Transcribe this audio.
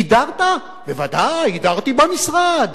"הדרת?" "בוודאי, הדרתי במשרד".